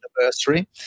anniversary